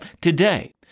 today